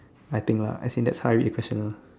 I think lah as in that's how I read the question ah